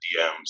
DMs